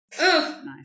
Nice